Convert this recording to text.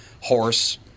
horse